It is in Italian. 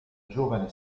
giovane